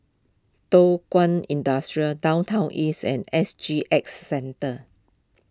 Thow Kwang Industry Downtown East and S G X Centre